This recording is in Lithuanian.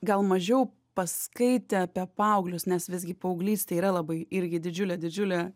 gal mažiau paskaitę apie paauglius nes visgi paauglystė yra labai irgi didžiulė didžiulė